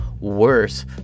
worse